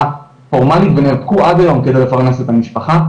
פורמאלית ונאבקו עד היום כדי לפרנס את המשפחה,